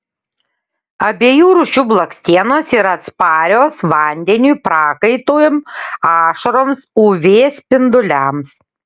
abiejų rūšių blakstienos yra atsparios vandeniui prakaitui ašaroms uv spinduliams